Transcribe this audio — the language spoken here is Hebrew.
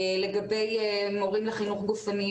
לגבי מורים לחינוך גופני,